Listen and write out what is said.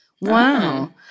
wow